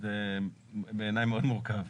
זה בעיניי מאוד מורכב.